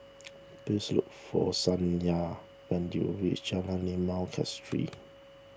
please look for Sonya when you reach Jalan Limau Kasturi